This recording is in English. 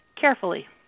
Carefully